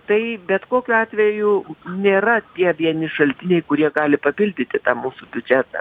tai bet kokiu atveju nėra tie vieni šaltiniai kurie gali papildyti mūsų biudžetą